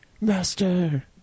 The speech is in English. Master